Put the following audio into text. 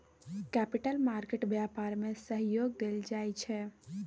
capital market व्यापार में सहयोग देल जाइ छै